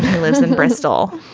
he lives in bristol.